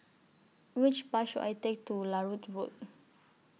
Which Bus should I Take to Larut Road